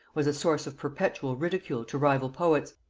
was a source of perpetual ridicule to rival poets,